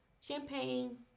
champagne